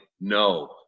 No